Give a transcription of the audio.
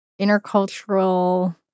Intercultural